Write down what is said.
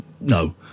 No